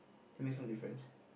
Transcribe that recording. it makes no difference